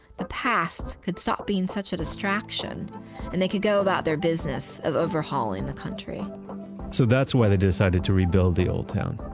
the past could stop being such a distraction and they could go about their business of overhauling the country so, that's why they decided to rebuild the old town.